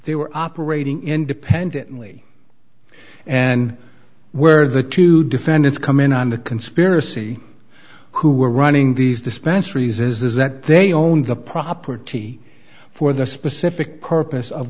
they were operating independently and where the to defend it's come in on the conspiracy who were running these dispensaries is that they own the property for the specific purpose of